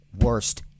worst